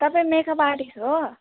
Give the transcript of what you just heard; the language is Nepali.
तपाईँ मेकअप आर्टिस्ट हो